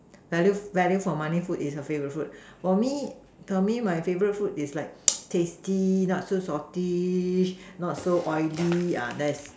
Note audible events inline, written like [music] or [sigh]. value value for money food is your favourite food for me for me my favourite food is like [noise] tasty not so salty not so oily uh that's